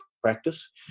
practice